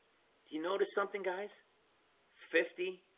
you notice something guys fifty